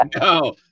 no